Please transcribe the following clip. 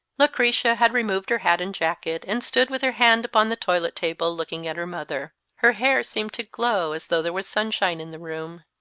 lucretia had removed her hat and jacket, and stood with her hand upon the toilet-table looking at her mother. her hair seemed to glow as though there was sunshine in the room.